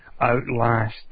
Outlast